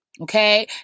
Okay